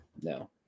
No